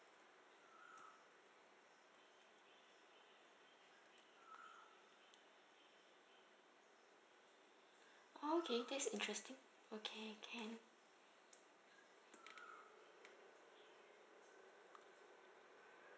okay that's interesting okay can